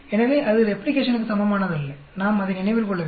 எனவே அது ரெப்ளிகேஷனுக்குச் சமமானதல்ல நாம் அதை நினைவில் கொள்ள வேண்டும்